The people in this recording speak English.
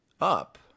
up